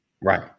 Right